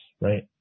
right